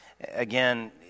again